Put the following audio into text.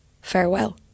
farewell